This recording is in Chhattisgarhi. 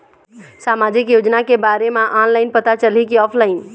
सामाजिक योजना के बारे मा ऑनलाइन पता चलही की ऑफलाइन?